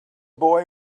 boy